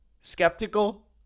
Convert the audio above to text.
skeptical